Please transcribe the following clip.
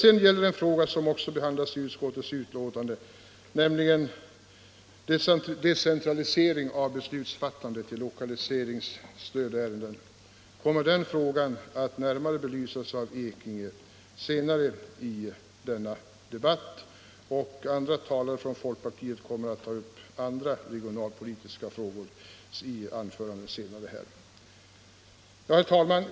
En annan fråga som behandlas i utskottets betänkande —- nämligen decentralisering av beslutsfattandet i lokaliseringsstödsärenden —- kommer att närmare belysas av herr Ekinge senare i denna debatt, och övriga talare från folkpartiet kommer att ta upp andra regionalpolitiska frågor i sina anföranden. Herr talman!